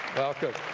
welcome.